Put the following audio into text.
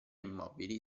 immobili